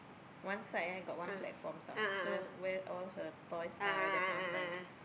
one side eh got one platform tau so where all her toys are at that point of time